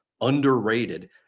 underrated